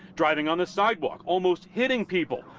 driving on the sidewalk, almost hitting people.